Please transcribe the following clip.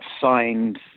signed